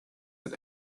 that